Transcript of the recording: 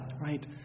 right